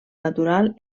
natural